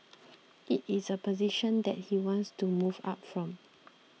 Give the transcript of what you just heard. it is a position that he wants to move up from